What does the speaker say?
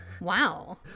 Wow